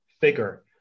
figure